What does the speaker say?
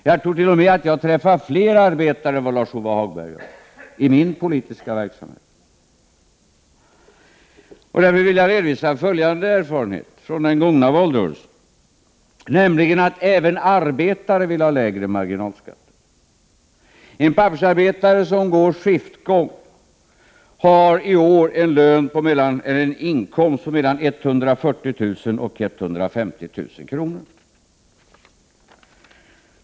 Jag tror t.o.m. att jag i min politiska verksamhet träffar fler arbetare än Lars-Ove Hagberg göra. Därför vill jag redovisa följande erfarenhet från den gångna valrörelsen. Även arbetare vill ha lägre marginalskatter. Pappersarbetare som går skiftgång har i år en inkomst på mellan 140 000 och 150 000 kr.